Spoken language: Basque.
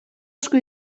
asko